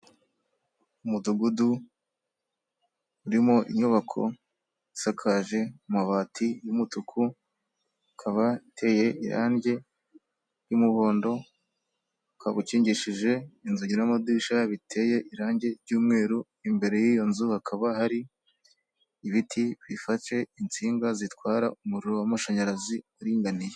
Umudugudu urimo inyubako isakaje amabati y'umutuku, ikaba iteye irangi ry'umuhondo, ukaba ukingishije inzugi n'amadirisha biteye irangi ry'umweru, imbere y'iyo nzu hakaba hari ibiti bifashe itsinga zitwara umuriro w'amashanyarazi uringaniye.